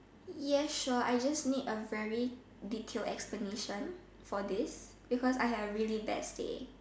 yes sure I just need a very detailed explanation for this because I had a really bad day